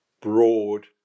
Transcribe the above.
broad